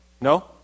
no